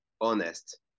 honest